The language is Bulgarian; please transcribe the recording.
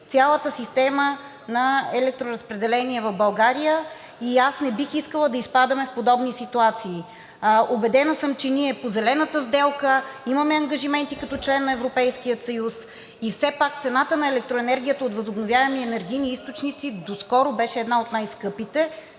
цялата система на електроразпределение в България и аз не бих искала да изпадаме в подобни ситуации. Убедена съм, че ние по зелената сделка имаме ангажименти като член на Европейския съюз и все пак цената на електроенергията от възобновяеми енергийни източници до скоро беше една от най-скъпите.